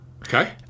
Okay